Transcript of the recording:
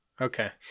Okay